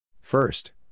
First